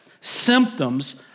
symptoms